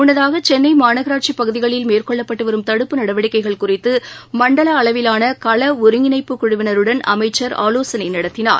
முள்ளதாக சென்னைமாநகராட்சிபகுதிகளில் மேற்கொள்ளப்பட்டுவரும் தடுப்பு நடவடிக்கைகள் குறித்தமண்டலஅளவிலானகளஒருங்கிணைப்புக் குழுவினருடன் அமைச்சர் ஆலோசனைநடத்தினார்